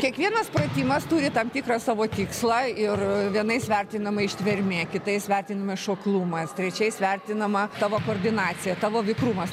kiekvienas pratimas turi tam tikrą savo tikslą ir vienais vertinama ištvermė kitais vertinimas šoklumas trečiais vertinama tavo koordinacija tavo vikrumas